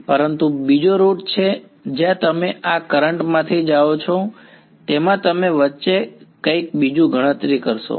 પરંતુ બીજો રૂટ છે જ્યાં તમે આ કરંટ માંથી જાઓ છો તેમા તમે વચ્ચે કંઈક બીજું ગણતરી કરશો